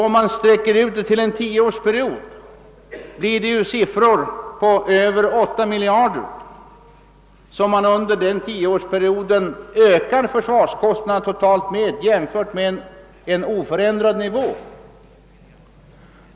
Utsträckes detta till att omfatta en tioårsperiod, ökar försvarskostnaderna totalt med över 8 miljarder kronor under denna tioårsperiod jämfört med en oförändrad nivå.